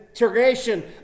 integration